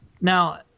Now